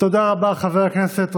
תודה רבה, חבר הכנסת רזבוזוב.